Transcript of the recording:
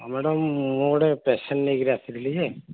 ହଁ ମାଡାମ୍ ମୁଁ ଗୋଟେ ପେସେଣ୍ଟ୍ ନେଇକି ଆସିଥିଲି ଯେ